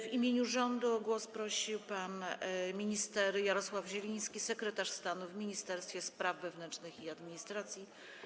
W imieniu rządu o głos prosi pan minister Jarosław Zieliński, sekretarz stanu w Ministerstwie Spraw Wewnętrznych i Administracji.